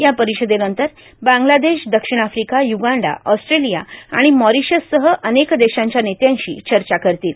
या परिषदेनंतर बांग्लादेश दक्षिण आफ्रिका युगांडा ऑस्ट्रेलिया आणि मॉरीशससह अनेक देशांच्या नेत्यांशी चर्चा करतील